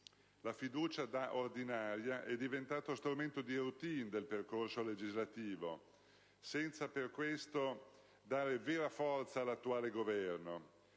La fiducia, da ordinaria, è diventata strumento *routine* del percorso legislativo, senza per questo dare vera forza all'attuale Governo,